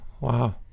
wow